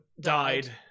Died